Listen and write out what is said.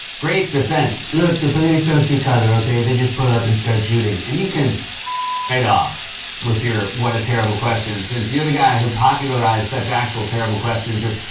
great defense. look, the police don't see color, okay? they just pull up and start shooting. and you can right off with your what a terrible question, since you're the guy who popularized such actual terrible questions as,